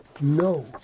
No